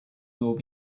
will